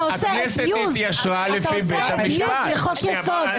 אתה עושה אביוז לחוק יסוד.